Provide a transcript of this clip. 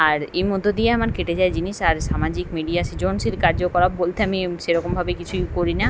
আর এই মধ্য দিয়ে আমার কেটে যায় জিনিস আর সামাজিক মিডিয়া সৃজনশীল কার্যকলাপ বলতে আমি সেরকমভাবে কিছুই করি না